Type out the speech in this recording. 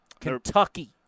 Kentucky